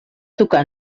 tocar